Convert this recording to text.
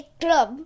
club